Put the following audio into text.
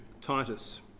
Titus